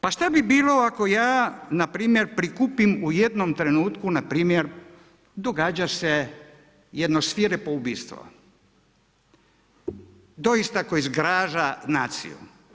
Pa šta bi bilo ako ja npr. prikupim u jednom trenutku npr. događa se jedno svirepo ubistvo, doista koje zgraža naciju.